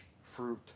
fruit